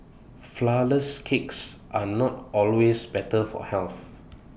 Flourless Cakes are not always better for health